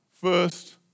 First